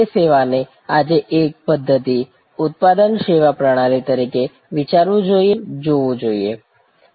તે સેવાને આજે એક પ્ધત્તિ ઉત્પાદન સેવા પ્રણાલી તરીકે વિચારવું જોઈએ અને તેને વિવિધ દ્રષ્ટિકોણથી જોવું જોઈએ